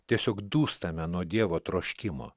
tiesiog dūstame nuo dievo troškimo